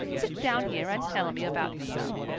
sit down here and tell me about yourself.